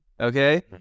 okay